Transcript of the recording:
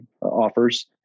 offers